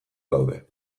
daude